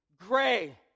gray